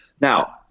Now